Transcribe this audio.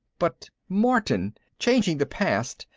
but martin. changing the past.